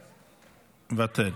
מוותר.